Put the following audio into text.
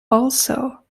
also